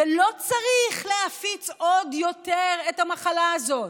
ולא צריך להפיץ עוד יותר את המחלה הזאת.